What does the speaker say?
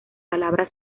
palabra